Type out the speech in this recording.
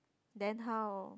then how